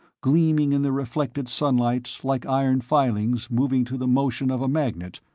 gleaming in the reflected sunlight like iron filings moving to the motion of a magnet,